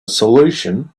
solution